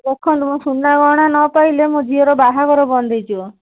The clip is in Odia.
ଦେଖନ୍ତୁ ମୋ ସୁନା ଗହଣା ନପାଇଲେ ମୋ ଝିଅର ବାହାଘର ବନ୍ଦ ହେଇଯିବ